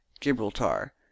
Gibraltar